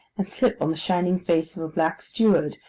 and slip on the shining face of a black steward,